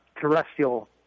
terrestrial